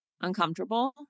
uncomfortable